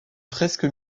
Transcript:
fresque